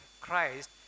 Christ